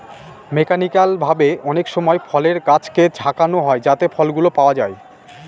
mechanical ভাবে অনেকসময় ফলের গাছকে ঝাঁকানো হয় যাতে ফলগুলো পাওয়া যায়